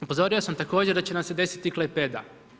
Upozorio sam također da će nam se desiti i Klaipeda.